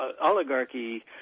oligarchy